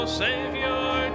savior